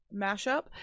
mashup